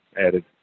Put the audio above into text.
added